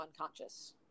unconscious